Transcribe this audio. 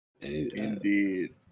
Indeed